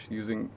using